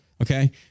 Okay